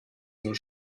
nur